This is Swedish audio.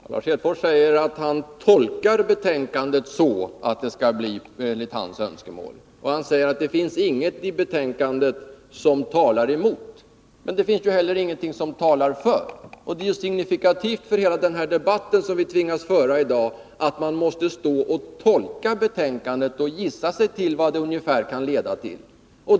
Herr talman! Lars Hedfors säger att han tolkar betänkandet så att det skall bli enligt hans önskemål. Han säger att det inte finns något i betänkandet som talar emot. Men det finns inte heller något som talar för. Det är signifikativt för hela den här debatten som vi tvingas föra här i dag att man måste stå och tolka betänkandet och gissa sig till vad det ungefär kan leda till.